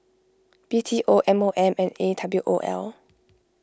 B T O M O M and A W O L